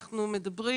אנחנו מדברים